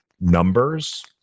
numbers